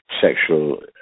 sexual